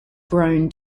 grown